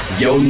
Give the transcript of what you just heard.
yo